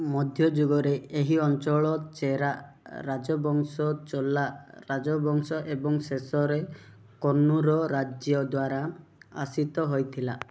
ମଧ୍ୟଯୁଗରେ ଏହି ଅଞ୍ଚଳ ଚେରା ରାଜବଂଶ ଚୋଲା ରାଜବଂଶ ଏବଂ ଶେଷରେ କନ୍ନୁର ରାଜ୍ୟ ଦ୍ୱାରା ଶାସିତ ହୋଇଥିଲା